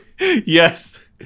Yes